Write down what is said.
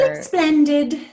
Splendid